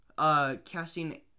casting